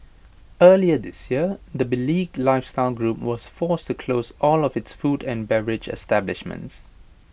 earlier this year the beleaguered lifestyle group was forced to close all of its food and beverage establishments